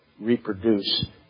reproduce